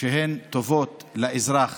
שהן טובות לאזרח